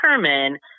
determine